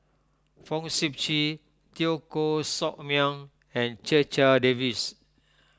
Fong Sip Chee Teo Koh Sock Miang and Checha Davies